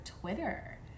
Twitter